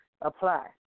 apply